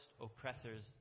oppressors